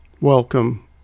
Welcome